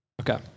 okay